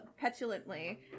petulantly